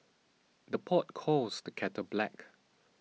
the pot calls the kettle black